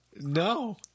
No